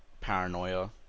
paranoia